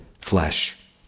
flesh